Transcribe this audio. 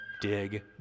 Dig